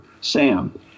Sam